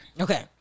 Okay